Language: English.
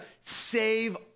save